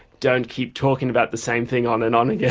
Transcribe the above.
don't keep talking about the same thing on and on. and yeah